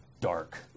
dark